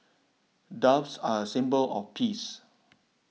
doves are a symbol of peace